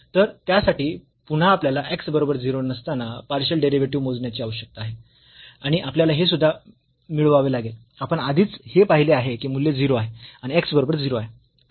तर त्यासाठी पुन्हा आपल्याला x बरोबर 0 नसताना पार्शियल डेरिव्हेटिव्ह मोजण्याची आवश्यकता आहे आणि आपल्याला हे सुद्धा मिळवावे लागेल आपण आधीच हे पाहिले आहे की हे मूल्य 0 आहे आणि x बरोबर 0 आहे